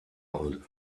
hause